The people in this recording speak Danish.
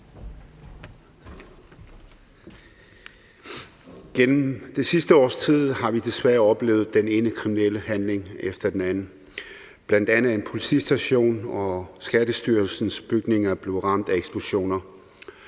Gennem det sidste års tid har vi desværre oplevet den ene kriminelle handling efter den anden. Bl.a. er en politistation og Skattestyrelsens bygninger blevet ramt af eksplosioner.